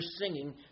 singing